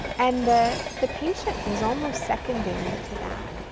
and the the patient was almost secondary to that.